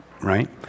Right